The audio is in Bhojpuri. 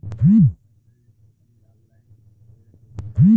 हम क्रेडिट कार्ड खातिर ऑफलाइन आवेदन कइसे करि?